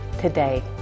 today